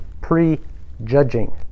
prejudging